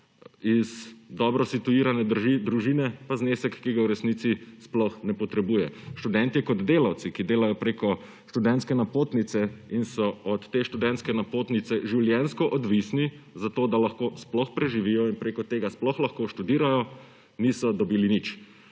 iz dobro situirane družine pa znesek, ki ga v resnici sploh ne potrebuje. Študentje kot delavci, ki delajo preko študentske napotnice in so od te študentske napotnice življenjsko odvisni, zato da lahko sploh preživijo in preko tega sploh lahko študirajo, niso dobili nič.